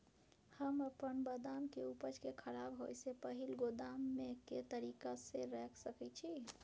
हम अपन बदाम के उपज के खराब होय से पहिल गोदाम में के तरीका से रैख सके छी?